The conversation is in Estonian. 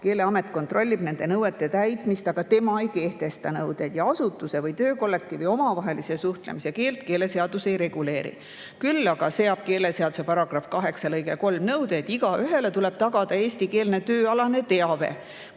Keeleamet kontrollib nende nõuete täitmist, aga tema ei kehtesta nõudeid ja asutuse või töökollektiivi omavahelise suhtlemise keelt keeleseadus ei reguleeri. Küll aga seab keeleseaduse § 8 lõige 3 nõude, et igaühele tuleb tagada eestikeelne tööalane teave.